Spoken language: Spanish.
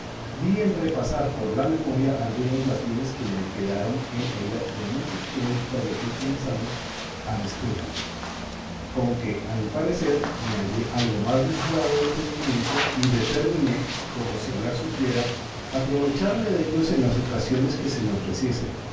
en repasar por la memoria algunos latines que me quedaron en ella de muchos que oí cuando fui con mis amos al estudio con que a mi parecer me hallé algo más mejorado de entendimiento y determiné como si hablar supiera aprovecharme dellos en las ocasiones que se me ofreciesen